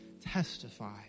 testify